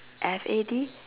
F A D